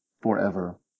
forever